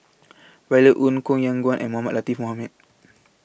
Violet Oon Koh Yong Guan and Mohamed Latiff Mohamed